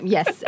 Yes